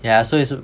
yeah so it's s~